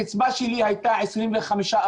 הקצבה שלי הייתה 25%,